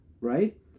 Right